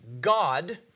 God